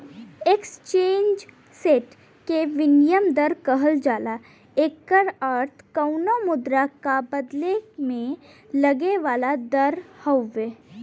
exchange rate के विनिमय दर कहल जाला एकर अर्थ कउनो मुद्रा क बदले में लगे वाला दर हउवे